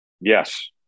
yes